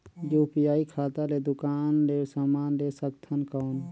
UPI खाता ले दुकान ले समान ले सकथन कौन?